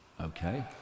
okay